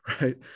right